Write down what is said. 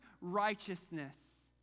righteousness